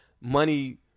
money